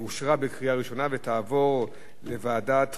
לוועדת החוקה,